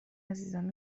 عزیزم